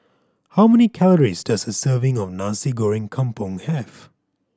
how many calories does a serving of Nasi Goreng Kampung have